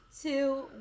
two